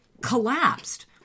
collapsed